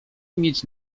mieć